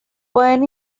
pueden